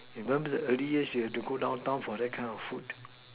remember the early years you have to go downtown for that kind of food